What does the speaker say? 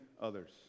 others